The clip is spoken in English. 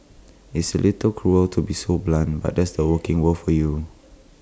it's A little cruel to be so blunt but that's the working world for you